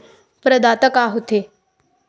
प्रदाता का हो थे?